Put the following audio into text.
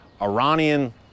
Iranian